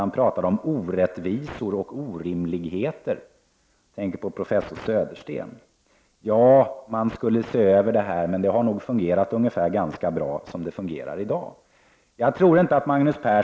Han talade om orättvisor och orimligheter. Jag tänker på professor Södersten. Man sade att man skulle se över detta men att dagens system nog hade fungerat ganska bra.